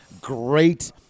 great